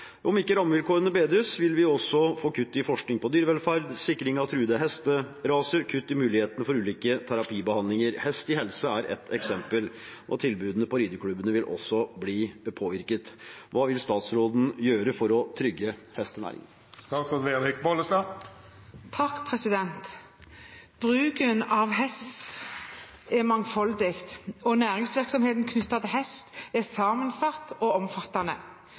Om ikke rammevilkårene bedres, vil vi også få kutt i forskning på dyrevelferd, sikring av truede hesteraser og kutt i mulighetene for ulike terapibehandlinger, Hest i helse er et eksempel. Tilbudene på rideklubbene vil også bli påvirket. Hva vil statsråden gjøre for å trygge hestenæringen?» Bruken av hest er mangfoldig, og næringsvirksomheten knyttet til hest er sammensatt og omfattende.